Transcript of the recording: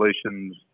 solutions